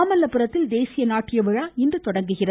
மாமல்லபுரத்தில் தேசிய நாட்டிய விழா இன்று தொடங்குகிறது